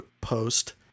post